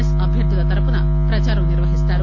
yes అభ్యర్గుల తరఫున ప్రదారం నిర్వహిస్తారు